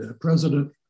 president